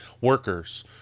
workers